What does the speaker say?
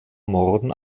morden